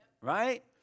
Right